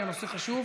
כי הנושא חשוב,